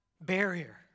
barrier